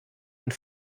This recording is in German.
und